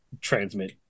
transmit